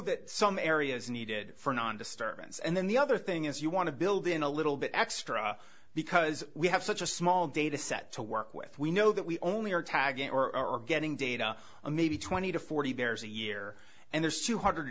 that some areas needed for non disturbance and then the other thing is you want to build in a little bit extra because we have such a small data set to work with we know that we only are tagging or are getting data a maybe twenty to forty bears a year and there's two hundred